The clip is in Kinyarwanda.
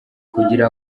kugira